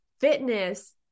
fitness